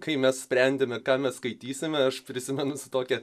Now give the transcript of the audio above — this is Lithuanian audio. kai mes sprendėme ką mes skaitysime aš prisimenu su tokia